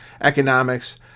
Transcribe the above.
economics